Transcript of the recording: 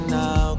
now